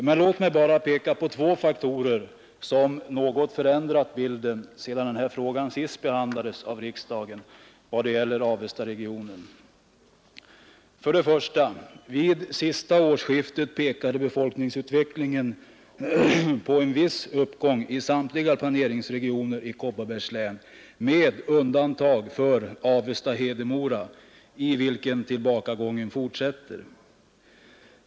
Men låt mig bara peka på två faktorer som något förändrat bilden sedan den här frågan senast behandlades av riksdagen vad beträffar Avestaregionen. För det första: Vid senaste årsskiftet pekade befolkningsutvecklingen på en viss uppgång i samtliga planeringsregioner i Kopparbergs län, med undantag för Avesta-Hedemora, i vilken tillbakagången fortsätter.